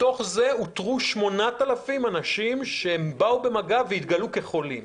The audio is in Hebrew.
מתוך זה אותרו 8,000 אנשים שבאו במגע והתגלו כחולים.